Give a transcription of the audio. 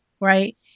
right